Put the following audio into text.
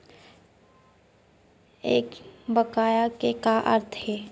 एक बकाया के का अर्थ हे?